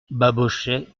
babochet